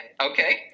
okay